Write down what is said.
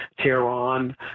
Tehran